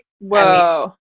Whoa